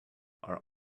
are